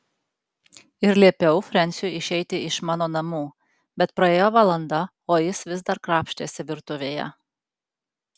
ir liepiau frensiui išeiti iš mano namų bet praėjo valanda o jis vis dar krapštėsi virtuvėje